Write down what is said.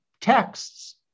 texts